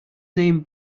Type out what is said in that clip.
name